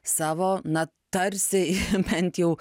savo na tarsi bent jau